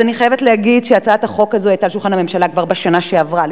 אני חייבת להגיד שהצעת החוק הזאת היתה על שולחן הממשלה כבר בשנה שעברה,